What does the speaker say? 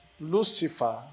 Lucifer